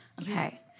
Okay